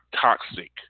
toxic